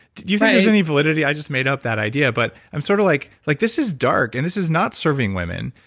do you think there's any validity? i just made up that idea. but i'm sort of like, like this is dark and this is not serving women.